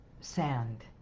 sand